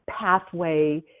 pathway